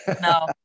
no